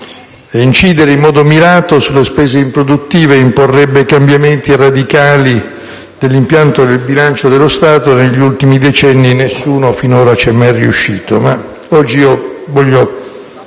incidere in modo mirato sulle spese improduttive imporrebbe cambiamenti radicali dell'impianto del bilancio dello Stato, e negli ultimi decenni nessuno finora c'è mai riuscito.